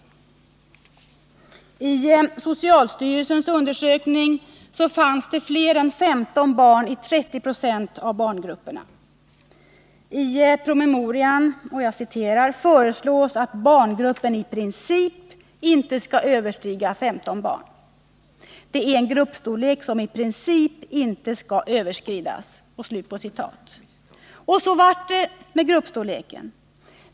Enligt socialstyrelsens undersökning fanns det fler än 15 barn i 30 96 av barngrupperna. I promemorian föreslås att barngruppen i princip inte skall överstiga 15 barn. Så blev det med gruppstorleken.